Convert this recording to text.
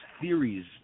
theories